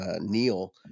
Neil